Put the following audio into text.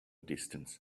distance